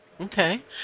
Okay